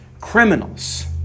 criminals